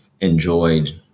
enjoyed